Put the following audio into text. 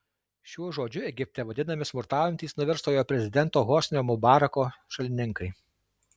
šiuo žodžiu egipte vadinami smurtaujantys nuverstojo prezidento hosnio mubarako šalininkai